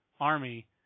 Army